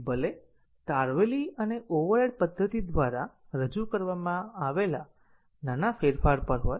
ભલે તારવેલી અને ઓવરરાઇડ પદ્ધતિ દ્વારા રજૂ કરવામાં આવેલા નાના ફેરફાર પર હોય